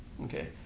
Okay